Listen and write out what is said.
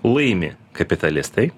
laimi kapitalistai